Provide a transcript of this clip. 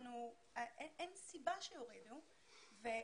אין סיבה שיורידו את זה.